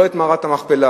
לא את מערת המכפלה